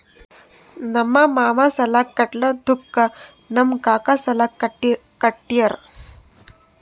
ನಮ್ ಮಾಮಾ ಸಾಲಾ ಕಟ್ಲಾರ್ದುಕ್ ನಮ್ ಕಾಕಾ ಸಾಲಾ ಕಟ್ಯಾರ್